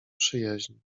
przyjaźń